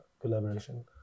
collaboration